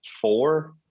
four